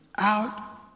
out